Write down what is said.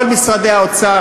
כל אגפי משרד האוצר,